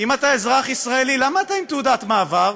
אם אתה אזרח ישראלי, למה אתה עם תעודת מעבר?